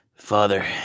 Father